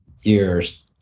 years